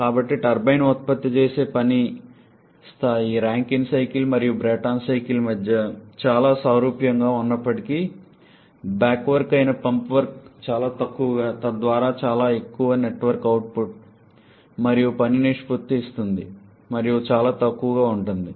కాబట్టి టర్బైన్ ఉత్పత్తి చేసే పని స్థాయి రాంకైన్ సైకిల్ మరియు బ్రేటన్ సైకిల్ మధ్య చాలా సారూప్యంగా ఉన్నప్పటికీ బ్యాక్ వర్క్ అయిన పంప్ వర్క్ చాలా తక్కువ తద్వారా చాలా ఎక్కువ నెట్ వర్క్ అవుట్పుట్ మరియు పని నిష్పత్తిని ఇస్తుంది మరియు చాలా తక్కువగా ఉంటుంది